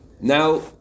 now